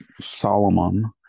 solomon